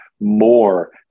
more